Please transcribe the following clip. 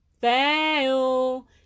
fail